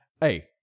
hey